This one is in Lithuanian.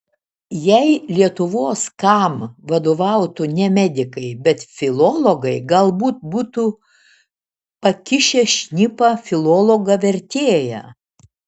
jei lietuvos kam vadovautų ne medikai bet filologai galbūt būtų pakišę šnipą filologą vertėją